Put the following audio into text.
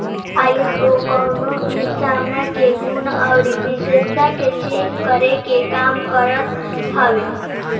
ISO कवनो भी सामान के गुण अउरी विशेषता के चेक करे के काम करत हवे